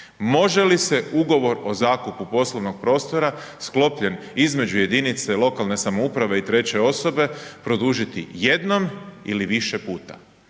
Može li se ugovor o zakupu poslovnog prostora sklopljen između jedinice lokalne samouprave i treće osobe produžiti jednom ili više puta?